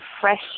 fresh